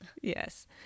Yes